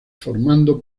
formando